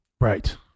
Right